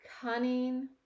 cunning